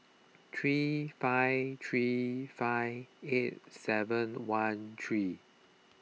three five three five eight seven one three